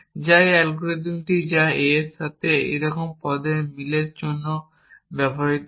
যা এই অ্যালগরিদমটি যা a এর সাথে এইরকম পদের মিল করার জন্য ব্যবহৃত হয়